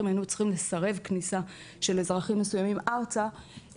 היינו צריכים לסרב כניסה של אזרחים מסוימים ארצה,